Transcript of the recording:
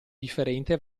differente